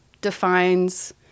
defines